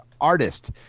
artist